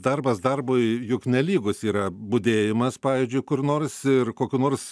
darbas darbui juk nelygus yra budėjimas pavyzdžiui kur nors ir kokių nors